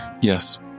Yes